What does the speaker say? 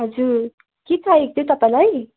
हजुर के चाहिएको थियो तपाईँलाई